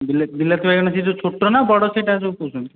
ବିଲାତି ବିଲାତି ବାଇଗଣ ସେ ଯେଉଁ ଛୋଟ ନା ବଡ଼ ସେଇଟା ଯେଉଁ କହୁଛନ୍ତି